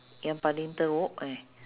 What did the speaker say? yang paling teruk eh